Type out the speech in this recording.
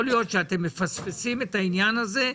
יכול להיות שאתם מפספסים את העניין הזה.